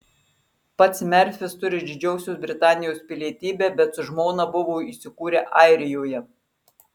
pats merfis turi didžiosios britanijos pilietybę bet su žmona buvo įsikūrę airijoje